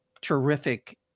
terrific